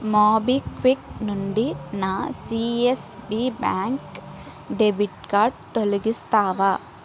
MobiKwik నుండి నా CSB bank debit card తొలగిస్తావా